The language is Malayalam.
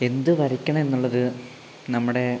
എന്തു വരയ്ക്കണം എന്നുള്ളത് നമ്മുടെ